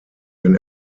den